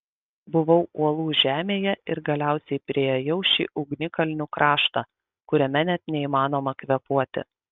buvau uolų žemėje ir galiausiai priėjau šį ugnikalnių kraštą kuriame net neįmanoma kvėpuoti